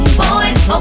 boys